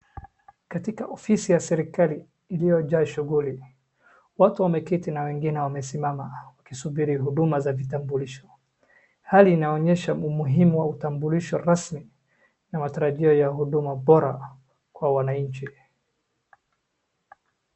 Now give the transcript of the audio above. Katika ofisi ya serikali iliyojaa shughuli watu wameketi na wengine wamesimama wakisubiri huduma za vitambulisho. Hali inaonyesha umuhimu wa utambulisho rasmi na matarajio ya huduma bora kwa wanainchi.